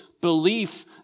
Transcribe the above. belief